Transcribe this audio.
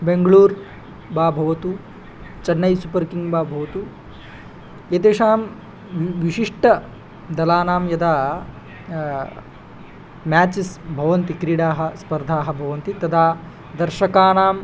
बेङ्ग्ळूर् वा भवतु चन्नै सूपर् किङ्ग् वा भवतु एतेषां विशिष्टदलानां यदा मेचस् भवन्ति क्रीडाः स्पर्धाः भवन्ति तदा दर्शकानां